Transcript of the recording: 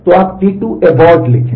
तो आप T2 abort लिखें